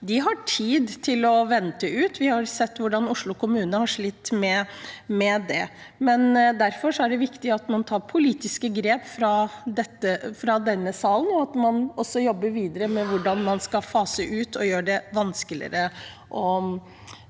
har tid til å vente, og vi har sett hvordan Oslo kommune har slitt med det. Derfor er det viktig at man tar politiske grep i denne sal, og at man jobber videre med hvordan man skal fase ut og gjøre det vanskeligere.